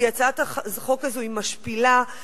כי הצעת החוק הזאת היא משפילה,